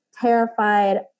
terrified